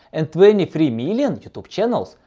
and twenty three million youtube channels.